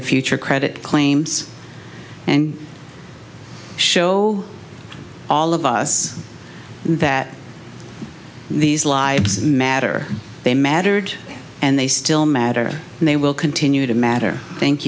the future credit claims and show all of us that these lives matter they mattered and they still matter and they will continue to matter thank